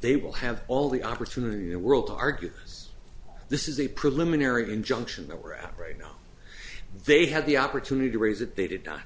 they will have all the opportunity in the world to argue this is a preliminary injunction they were right they had the opportunity to raise it they did not